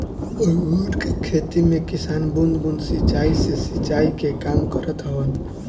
अंगूर के खेती में किसान बूंद बूंद सिंचाई से सिंचाई के काम करत हवन